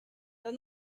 then